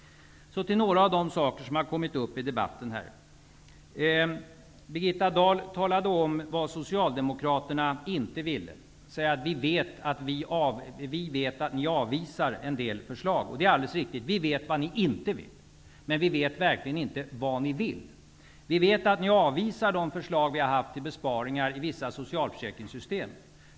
Så till några av de saker som kommit upp i de batten här. Birgitta Dahl talade om vad socialdemokra terna inte ville. Vi vet att ni avvisar en del förslag. Det är alldeles riktigt. Vi vet vad ni inte vill, men vi vet verkligen inte vad ni vill. Vi vet att ni avvisar de förslag till besparingar vi haft i vissa socialför säkringssystem.